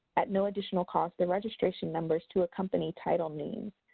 at no additional cost, the registration numbers to accompany title name.